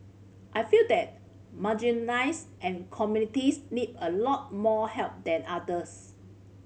I feel that marginalize and communities need a lot more help than others